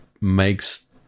makes –